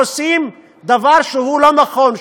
עושים דבר שהוא לא נכון,